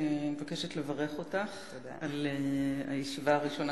אני מבקשת לברך אותך על הישיבה הראשונה